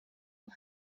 und